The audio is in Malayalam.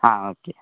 ആ ഓക്കേ